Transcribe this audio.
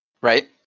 Right